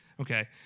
Okay